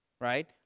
right